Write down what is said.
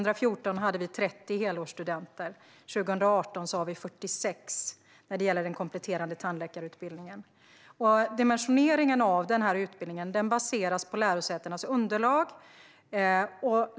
Då hade vi 30 helårsstudenter när det gäller den kompletterande tandläkarutbildningen, och 2018 har vi 46. Dimensioneringen av utbildningen baseras på lärosätenas underlag.